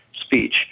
speech